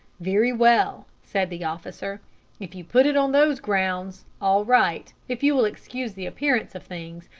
very well, said the officer if you put it on those grounds, all right, if you will excuse the appearance of things.